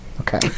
Okay